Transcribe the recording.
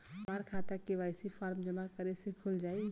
हमार खाता KYC form जमा कइले से खुल जाई?